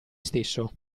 stesso